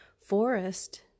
forest